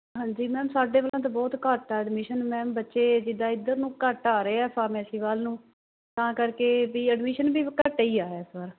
ਹਾਂਜੀ ਮੈਮ ਸਾਡੇ ਵੱਲੋਂ ਤਾਂ ਬਹੁਤ ਘੱਟ ਆ ਐਡਮਿਸ਼ਨ ਮੈਮ ਬੱਚੇ ਜਿਦਾਂ ਇਧਰ ਨੂੰ ਘੱਟ ਆ ਰਹੇ ਆ ਫਾਮੈਸੀ ਵੱਲ ਨੂੰ ਤਾਂ ਕਰਕੇ ਵੀ ਐਡਮਿਸ਼ਨ ਵੀ ਘੱਟ ਏ ਹੀ ਆ ਇਸ ਵਾਰ